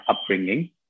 upbringing